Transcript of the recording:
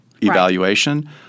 evaluation